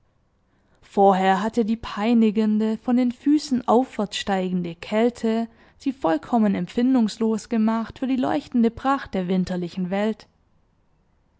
vorher hatte die peinigende von den füßen aufwärtssteigende kälte sie vollkommen empfindungslos gemacht für die leuchtende pracht der winterlichen welt